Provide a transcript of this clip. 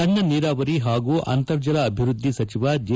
ಸಣ್ಣ ನೀರಾವರಿ ಹಾಗೂ ಅಂತರ್ಜಲ ಅಭಿವೃದ್ದಿ ಸಚಿವ ಜೆ